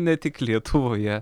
ne tik lietuvoje